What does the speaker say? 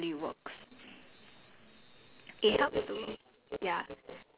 um like the the other day I was super desperate then I tried it it actually works